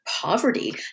poverty